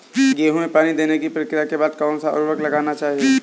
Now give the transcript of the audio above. गेहूँ में पानी देने की प्रक्रिया के बाद कौन सा उर्वरक लगाना चाहिए?